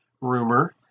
rumor